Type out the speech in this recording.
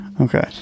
Okay